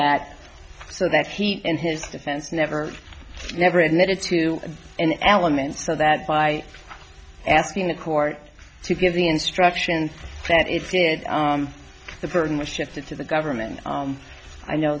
that so that he in his defense never never admitted to an element so that by asking the court to give the instructions that it did the burden was shifted to the government i know